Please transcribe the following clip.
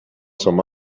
some